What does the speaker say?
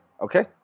okay